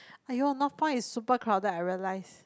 !aiyo! Northpoint is super crowded I realise